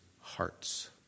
hearts